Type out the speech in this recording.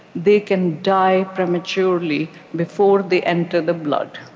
they can die prematurely before they enter the blood.